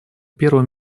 первым